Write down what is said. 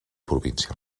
província